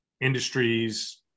industries